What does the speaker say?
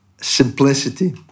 simplicity